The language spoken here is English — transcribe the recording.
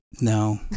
No